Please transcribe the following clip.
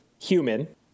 human